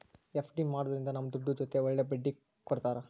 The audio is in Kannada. ಎಫ್.ಡಿ ಮಾಡೋದ್ರಿಂದ ನಮ್ ದುಡ್ಡು ಜೊತೆ ಒಳ್ಳೆ ಬಡ್ಡಿ ಕೊಡ್ತಾರ